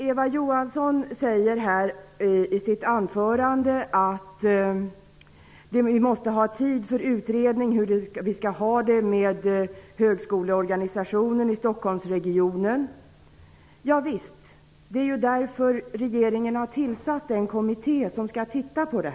Eva Johansson säger i sitt anförande att det måste ges tid för en utredning av högskoleorganisationen i Stockholmsregionen. Ja, det är ju därför som regeringen har tillsatt den kommitté som skall undersöka det.